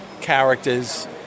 characters